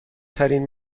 ترین